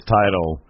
title